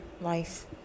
life